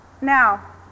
now